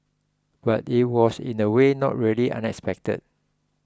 but it was in a way not really unexpected